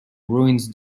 ruins